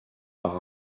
par